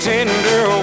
Tender